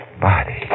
body